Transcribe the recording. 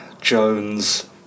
Jones